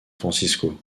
francisco